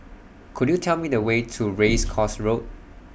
Could YOU Tell Me The Way to Race Course Road